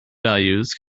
values